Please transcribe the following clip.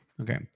okay